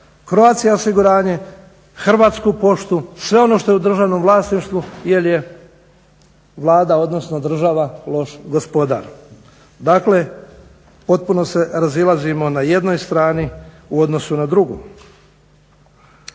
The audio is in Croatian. Croatia osiguranje, Hrvatsku poštu sve ono što je u državnom vlasništvu jel je Vlada odnosno država loš gospodar. Dakle potpuno se razilazimo na jednoj strani u odnosu na drugu.